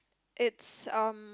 it's um